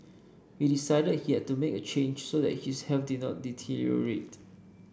he decided he had to make a change so that his health did not deteriorate